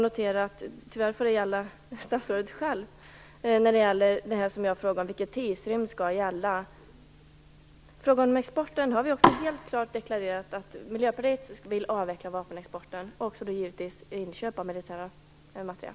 Men hur är det med statsrådet själv när det gäller den frågan som jag ställde om vilken tidsrymd som skall gälla? Beträffande frågan om exporten har vi klart deklarerat att vi i Miljöpartiet vill avveckla den liksom givetvis även inköp av militär materiel.